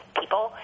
people